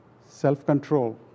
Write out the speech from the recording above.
self-control